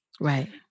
Right